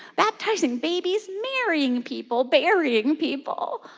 baptizing babies, marrying people, burying people.